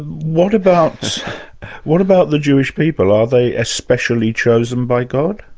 what about what about the jewish people? are they especially chosen by god?